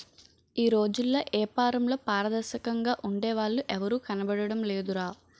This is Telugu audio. ఈ రోజుల్లో ఏపారంలో పారదర్శకంగా ఉండే వాళ్ళు ఎవరూ కనబడడం లేదురా